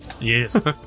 yes